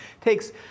takes